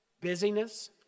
busyness